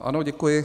Ano, děkuji.